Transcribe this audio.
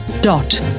dot